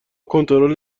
کنترل